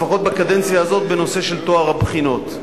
לפחות בקדנציה הזאת, בנושא של טוהר הבחינות.